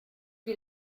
die